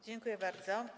Dziękuję bardzo.